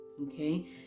Okay